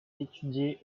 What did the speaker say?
étudié